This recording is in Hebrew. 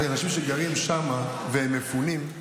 האנשים שגרים שם והם מפונים.